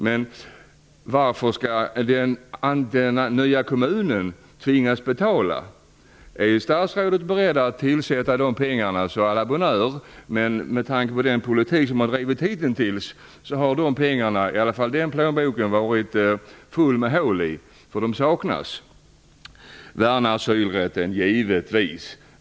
Men varför skall den nya kommunen tvingas att betala? Är statsrådet beredd att tillskjuta dessa pengar, så à la bonne heure. Men med tanke på den politik som bedrivits hitintills har i alla fall den plånboken varit full av hål, för pengarna saknas. Värna asylrätten? Givetvis.